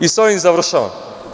I sa ovim završavam.